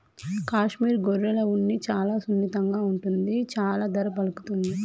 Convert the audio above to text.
కాశ్మీర్ గొర్రెల ఉన్ని చాలా సున్నితంగా ఉంటుంది చాలా ధర పలుకుతుంది